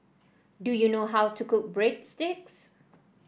do you know how to cook Breadsticks